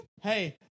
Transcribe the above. Hey